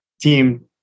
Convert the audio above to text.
team